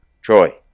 Troy